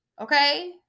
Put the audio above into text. Okay